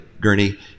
gurney